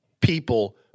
people